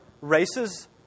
races